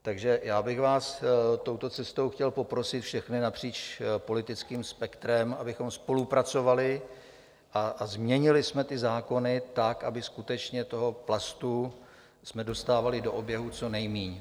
Takže já bych vás touto cestou chtěl poprosit všechny napříč politickým spektrem, abychom spolupracovali a změnili jsme zákony tak, abychom skutečně toho plastu dostávali do oběhu co nejmíň.